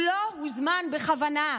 הוא לא הוזמן בכוונה.